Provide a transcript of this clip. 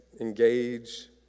engage